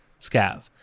Scav